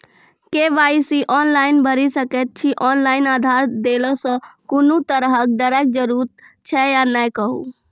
KYC online भैरि सकैत छी, ऑनलाइन आधार देलासॅ कुनू तरहक डरैक जरूरत छै या नै कहू?